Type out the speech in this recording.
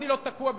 עוד אתה תקוע,